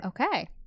okay